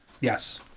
Yes